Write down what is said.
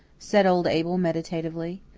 said old abel meditatively.